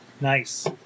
Nice